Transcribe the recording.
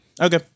Okay